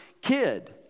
kid